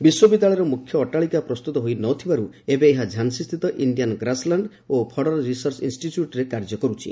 ବିଶ୍ୱବିଦ୍ୟାଳୟର ମୁଖ୍ୟ ଅଟ୍ଟାଳିକା ପ୍ରସ୍ତୁତ ହୋଇନଥିବାରୁ ଏବେ ଏହା ଝାନ୍ସୀସ୍ଥିତ ଇଣ୍ଡିଆନ୍ ଗ୍ରାସ୍ଲ୍ୟାଣ୍ଡ ଓ ଫର୍ଡର ରିସର୍ଚ୍ଚ ଇନ୍ଷ୍ଟିଚ୍ୟୁଟ୍ରେ କାର୍ଯ୍ୟ କରୁଛି